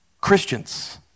Christians